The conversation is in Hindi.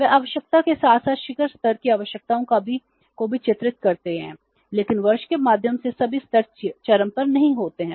वे आवश्यकता के साथ साथ शिखर स्तर की आवश्यकताओं को भी चित्रित करते हैं लेकिन वर्ष के माध्यम से सभी स्तर चरम पर नहीं होते हैं